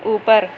اوپر